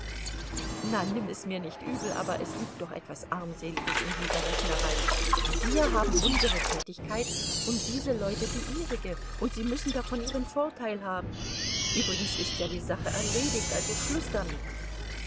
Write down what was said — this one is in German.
na nimm es mir nicht übel aber es liegt doch etwas armseliges in dieser rechnerei wir haben unsere tätigkeit und diese leute die ihrige und sie müssen davon ihren vorteil haben übrigens ist ja die sache erledigt also schluß damit